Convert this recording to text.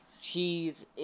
cheese